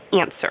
answer